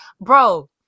bro